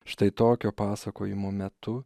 štai tokio pasakojimo metu